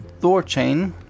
Thorchain